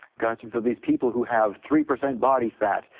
gotcha, so these people who have three percent body fat,